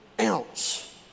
ounce